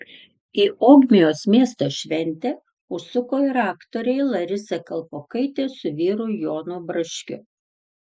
į ogmios miesto šventę užsuko ir aktoriai larisa kalpokaitė su vyru jonu braškiu